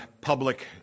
public